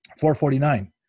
449